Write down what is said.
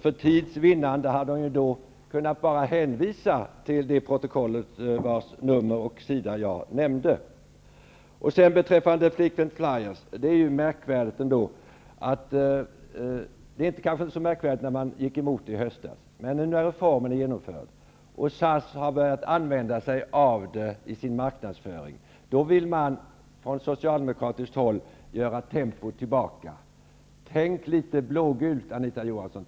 För tids vinnande kunde hon ha bara hänvisat till det protokoll jag nämnde. Beträffande frequent flyer-rabatter är det kanske inte så märkvärdigt att ni gick igenom förslaget i höstas. Men nu när reformen är genomförd och SAS har börjat använda sig av dem i sin marknadsföring, går man från socialdemokratiskt håll tillbaka. Tänk litet blågult, Anita Johansson!